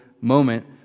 moment